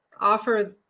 offer